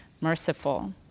merciful